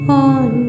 on